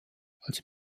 als